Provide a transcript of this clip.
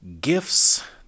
gifts